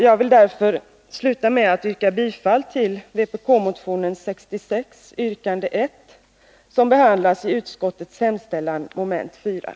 Jag vill därför sluta med att yrka bifall till vbk-motionen 66, yrkande 1, som behandlas i moment 4 i utskottets hemställan.